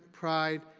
pride,